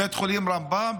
בית חולים רמב"ם,